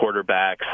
quarterbacks